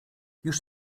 już